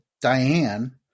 Diane